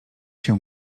się